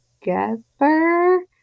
together